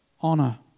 honor